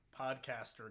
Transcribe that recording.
podcaster